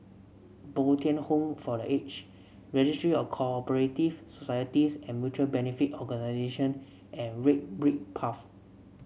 Bo Tien Home for The Age Registry of Co operative Societies and Mutual Benefit Organisation and Red Brick Path